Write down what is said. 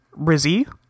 Rizzy